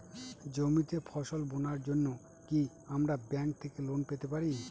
জমিতে ফসল বোনার জন্য কি আমরা ব্যঙ্ক থেকে লোন পেতে পারি?